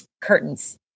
curtains